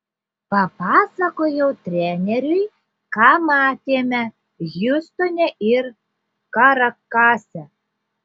papasakojau treneriui ką matėme hjustone ir karakase